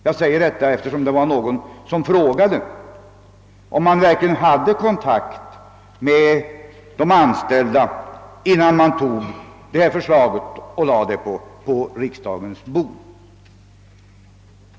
Jag säger detta eftersom någon frågade om vi verkligen hade kontakt med de anställda innan vi utformade förslaget och lade det på riksdagens bord.